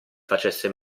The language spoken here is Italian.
facesse